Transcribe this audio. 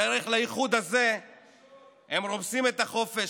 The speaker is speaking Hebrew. בדרך לאיחוד הזה הם רומסים את החופש,